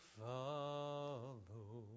follow